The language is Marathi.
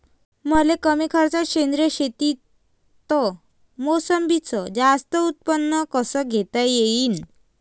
मले कमी खर्चात सेंद्रीय शेतीत मोसंबीचं जास्त उत्पन्न कस घेता येईन?